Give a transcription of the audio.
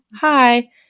hi